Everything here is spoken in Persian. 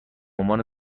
عنوان